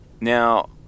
Now